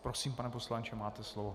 Prosím, pane poslanče, máte slovo.